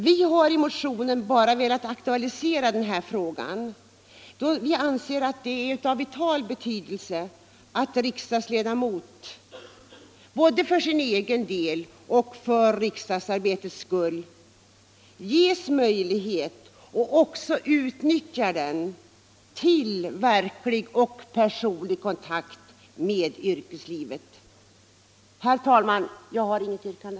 Vi har emellertid i motionen velat aktualisera denna fråga, eftersom vi anser det vara av vital betydelse att riksdagsledamot både för sin egen och för riksdagsarbetets skull ges möjlighet —- och även utnyttjar den — till verklig och personlig kontakt med yrkeslivet. Herr talman! Jag har inget yrkande.